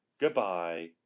Goodbye